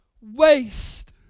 waste